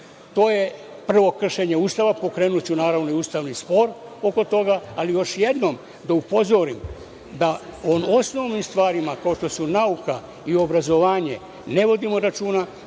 To je prvo kršenje Ustava. Pokrenuću naravno i ustavni spor oko toga. Još jednom da upozorim da o osnovnim stvarima, kao što su nauka i obrazovanje, ne vodimo računa.